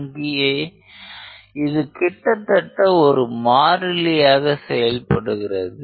அங்கே இது கிட்டத்தட்ட ஒரு மாறிலியாக செயல்படுகிறது